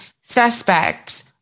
suspects